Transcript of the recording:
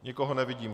Nikoho nevidím.